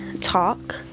talk